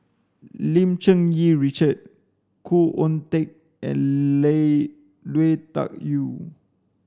Lim Cherng Yih Richard Khoo Oon Teik and Lee Lui Tuck Yew